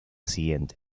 siguiente